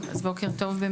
בוקר טוב.